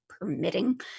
permitting